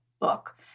book